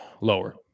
Lower